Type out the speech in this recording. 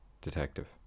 Detective